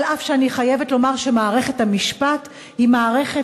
אף שאני חייבת לומר שמערכת המשפט היא מערכת